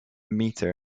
metre